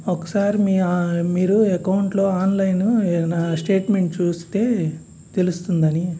ఒకసారి మీ మీరు అకౌంట్లో ఆన్లైన్ నా స్టేట్మెంట్ చూస్తే తెలుస్తుందని